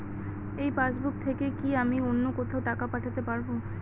এই পাসবুক থেকে কি আমি অন্য কোথাও টাকা পাঠাতে পারব?